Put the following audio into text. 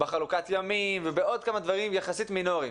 בחלוקת ימים ובעוד כמה דברים יחסית מינוריים.